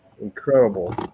incredible